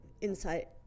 insight